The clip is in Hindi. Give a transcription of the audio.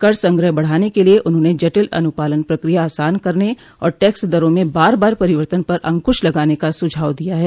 कर संग्रह बढ़ाने के लिए उन्होंने जटिल अनुपालन प्रक्रिया आसान करने और टक्स दरों में बार बार परिवर्तन पर अंकुश लगाने का सुझाव दिया है